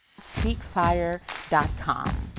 Speakfire.com